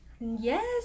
Yes